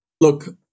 Look